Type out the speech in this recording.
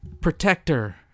Protector